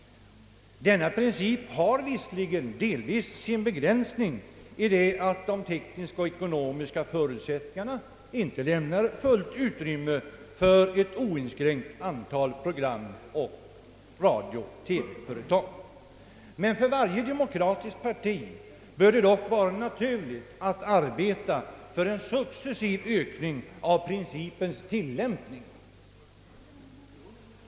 Denna princip har delvis visserligen sin begränsning genom att de tekniska och ekonomiska förutsättningarna inte lämnar fullt utrymme för ett oinskränkt antal program och radiooch TV-företag. Men för varje demokratiskt parti bör det vara naturligt att arbeta för en successiv ökning av principens tillämpning.